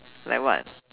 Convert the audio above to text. like what